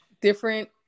different